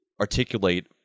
articulate